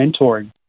mentoring